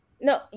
No